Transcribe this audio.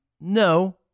No